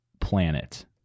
planet